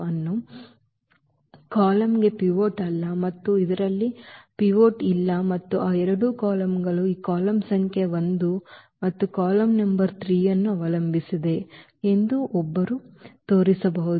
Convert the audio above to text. ಇಲ್ಲಿ ಈ ಕಾಲಮ್ಗೆ ಪಿವೋಟ್ ಇಲ್ಲ ಮತ್ತು ಇದರಲ್ಲಿ ಪಿವೋಟ್ ಇಲ್ಲ ಮತ್ತು ಆ ಎರಡು ಕಾಲಮ್ಗಳು ಈ ಕಾಲಮ್ ಸಂಖ್ಯೆ 1 ಮತ್ತು ಕಾಲಮ್ ನಂಬರ್ 3 ಅನ್ನು ಅವಲಂಬಿಸಿದೆ ಎಂದು ಒಬ್ಬರು ತೋರಿಸಬಹುದು